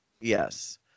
Yes